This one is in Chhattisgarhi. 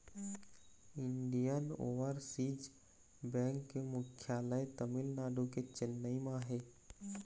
इंडियन ओवरसीज बेंक के मुख्यालय तमिलनाडु के चेन्नई म हे